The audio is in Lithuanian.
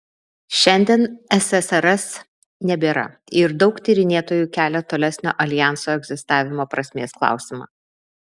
šiandien ssrs nebėra ir daug tyrinėtojų kelia tolesnio aljanso egzistavimo prasmės klausimą